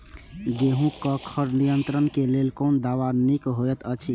गेहूँ क खर नियंत्रण क लेल कोन दवा निक होयत अछि?